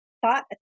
thought